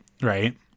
Right